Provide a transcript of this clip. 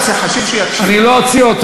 אני גאה, המשק לא זז.